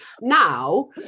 Now